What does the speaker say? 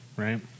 Right